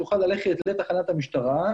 יוכל ללכת לתחנת המשטרה,